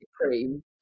cream